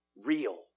real